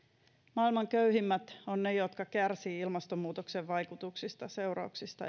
maailman köyhimmät ovat niitä jotka kärsivät ilmastonmuutoksen vaikutuksista seurauksista